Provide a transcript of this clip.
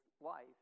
life